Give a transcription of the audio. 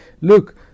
look